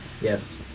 Yes